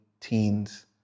teens